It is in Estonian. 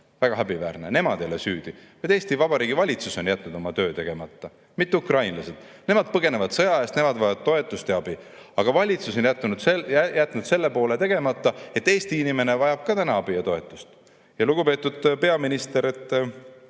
Väga häbiväärne! Nemad ei ole süüdi, vaid Eesti Vabariigi valitsus on jätnud oma töö tegemata. Ukrainlased põgenevad sõja eest, nemad vajavad toetust ja abi. Aga valitsus on jätnud selle poole tegemata, et ka Eesti inimene vajab täna abi ja toetust. Lugupeetud peaminister, see